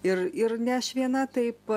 ir ir ne aš viena taip